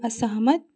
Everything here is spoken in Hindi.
असहमत